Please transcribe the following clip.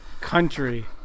country